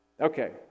Okay